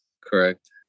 Correct